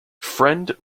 friend